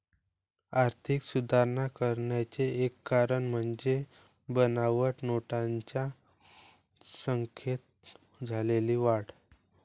आर्थिक सुधारणा करण्याचे एक कारण म्हणजे बनावट नोटांच्या संख्येत झालेली वाढ